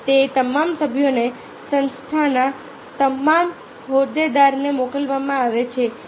અને તે તમામ સભ્યોને સંસ્થાના તમામ હોદ્દેદારોને મોકલવામાં આવે છે